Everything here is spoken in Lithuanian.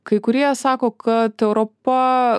kai kurie sako kad europa